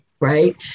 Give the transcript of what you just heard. right